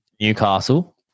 Newcastle